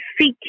seek